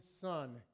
son